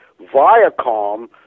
Viacom